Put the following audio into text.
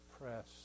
press